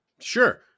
Sure